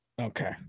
Okay